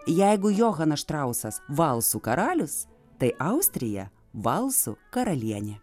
jeigu johanas štrausas valsų karalius tai austrija valsų karalienė